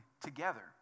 together